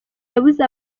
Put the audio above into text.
yabuze